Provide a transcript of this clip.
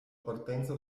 partenza